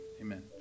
Amen